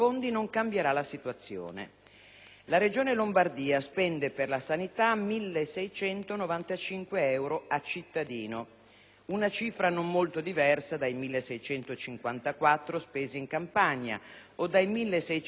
La Regione Lombardia spende per la sanità 1.695 euro a cittadino, una cifra non molto diversa dai 1.654 euro spesi in Campania o dai 1.639 euro